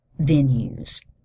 venues